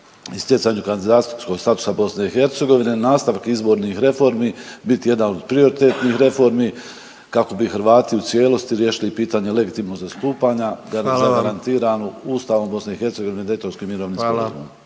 i stjecanju kandidacijskog statusa BiH nastavak izbornih reformi biti jedan od prioritetnih reformi kako bi Hrvati u cijelosti riješili pitanje legitimnog zastupanja zagarantiranu Ustavom … …/Upadica predsjednik: Hvala